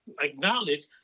acknowledge